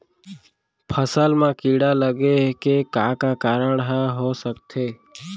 फसल म कीड़ा लगे के का का कारण ह हो सकथे?